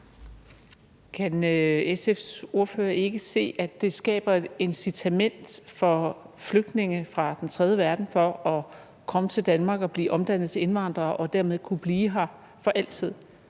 Kan SF's ordfører ikke se, at det skaber et incitament for flygtninge fra den tredje verden til at komme til Danmark og blive omdannet til indvandrere og dermed kunne blive her for altid?